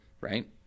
right